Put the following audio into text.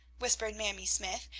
whispered mamie smythe,